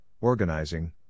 Organizing